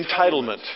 entitlement